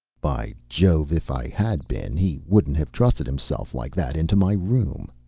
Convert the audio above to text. by jove! if i had been he wouldn't have trusted himself like that into my room.